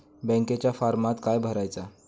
बँकेच्या फारमात काय भरायचा?